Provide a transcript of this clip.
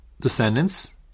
descendants